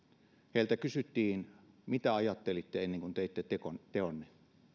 heiltä kysyttiin mitä ajattelitte ennen kuin teitte tekonne tekonne